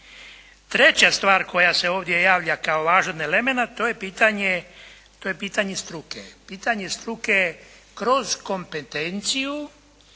Treća stvar koja se ovdje javlja kao važan elemenat to je pitanje struke. Pitanje struke kroz kompetenciju